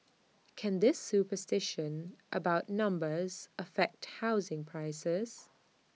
can this superstition about numbers affect housing prices